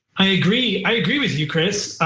i agree. i agree with you, chris.